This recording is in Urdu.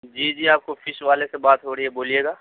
جی جی آپ کو فش والے سے بات ہو رہی ہے بولیے گا